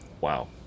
Wow